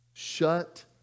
Shut